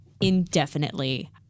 indefinitely